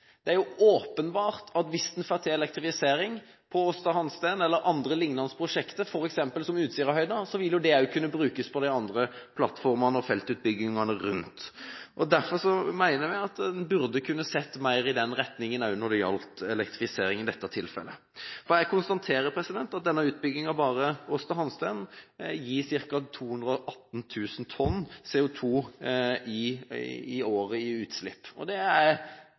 på Aasta Hansteen eller andre lignende prosjekter, f.eks. Utsirahøyden, vil det kunne brukes på de andre plattformene og feltutbyggingene. Derfor mener vi at en burde kunne sett mer i den retningen, også når det i dette tilfellet gjelder elektrifisering. Jeg konstaterer at denne utbyggingen – bare Aasta Hansteen – gir ca. 218 000 tonn CO2-utslipp i året. Det går i feil retning. Jeg vil, i likhet med representanten Astrup, vise til merknadene våre om preinvesteringer. Det begrunnes med at det er